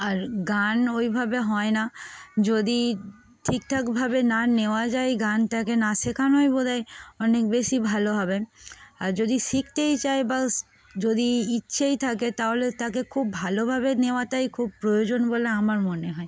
আর গান ওইভাবে হয় না যদি ঠিক ঠাকভাবে না নেওয়া যায় গানটাকে না শেখানোই বোধয় অনেক বেশি ভালো হবে আর যদি শিখতেই চাই বা যদি ইচ্ছেই থাকে তাহলে তাকে খুব ভালোভাবে নেওয়াটাই খুব প্রয়োজন বলে আমার মনে হয়